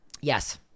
Yes